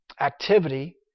activity